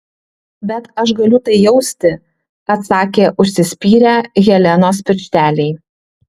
bet aš galiu tai jausti atsakė užsispyrę helenos piršteliai